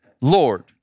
Lord